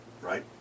right